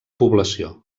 població